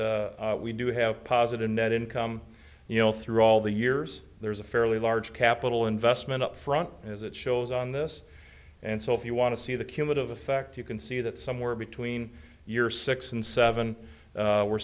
that we do have positive net income you know through all the years there's a fairly large capital investment up front as it shows on this and so if you want to see the cumulative effect you can see that somewhere between year six and seven we're